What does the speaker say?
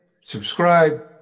subscribe